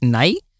night